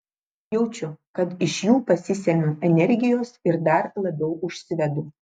jaučiu kad iš jų pasisemiu energijos ir dar labiau užsivedu